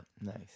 nice